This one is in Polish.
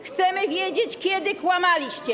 Chcemy wiedzieć, kiedy kłamaliście.